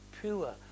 pure